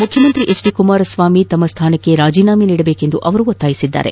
ಮುಖ್ಯಮಂತ್ರಿ H D Kumaraswamy ತಮ್ಮ ಸ್ವಾನಕ್ಕೆ ರಾಜೀನಾಮೆ ನೀಡಬೇಕೆಂದು ಒತ್ತಾಯಿಸಿದ್ದಾರೆ